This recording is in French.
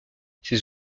ces